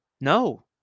No